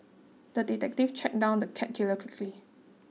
the detective tracked down the cat killer quickly